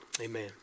amen